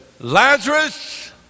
Lazarus